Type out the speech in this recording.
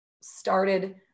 started